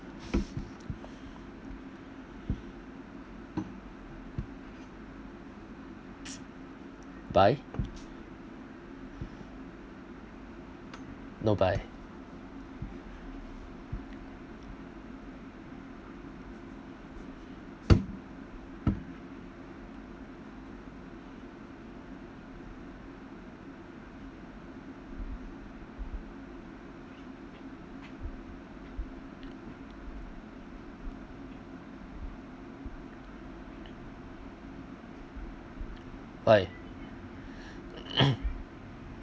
buy no buy why